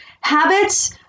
Habits